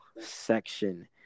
section